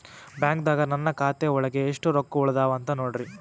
ಬ್ಯಾಂಕ್ದಾಗ ನನ್ ಖಾತೆ ಒಳಗೆ ಎಷ್ಟ್ ರೊಕ್ಕ ಉಳದಾವ ನೋಡ್ರಿ?